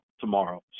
tomorrow